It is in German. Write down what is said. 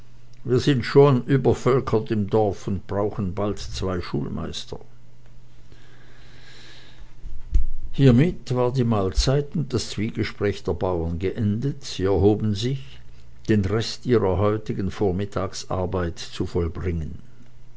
wir sind schon übervölkert im dorf und brauchen bald zwei schulmeister hiemit war die mahlzeit und das zwiegespräch der bauern geendet und sie erhoben sich den rest ihrer heutigen vormittagsarbeit zu vollbringen